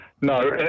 No